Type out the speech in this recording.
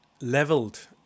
leveled